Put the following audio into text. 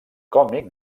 còmic